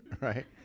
right